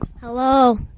Hello